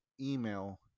email